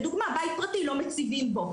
לדוגמה בית פרטי, לא מציבים בו.